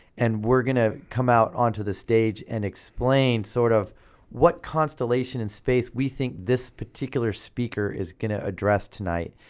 and we're gonna come out onto the stage and explain sort of what constellation in space we think this particular speaker is gonna address tonight.